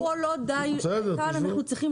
בסדר, תשבו.